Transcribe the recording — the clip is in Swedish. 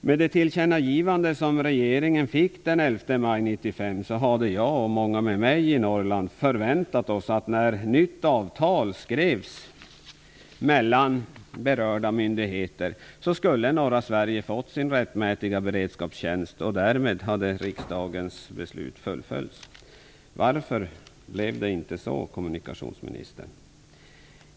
Med det tillkännagivande som regeringen fick den 11 maj 1995 hade jag och många med mig i Norrland förväntat oss, att när nytt avtal skrevs mellan berörda myndigheter skulle norra Sverige ha fått sin rättmätiga beredskapstjänst och riksdagens beslut därmed fullföljts. Varför blev det inte så, kommunikationsministern?